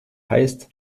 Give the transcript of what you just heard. heißt